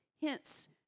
Hence